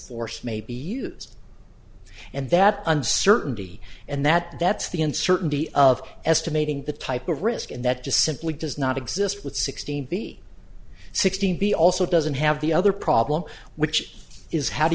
force may be used and that uncertainty and that that's the uncertainty of estimating the type of risk and that just simply does not exist with sixteen be sixteen b also doesn't have the other problem which is how do